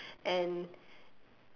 and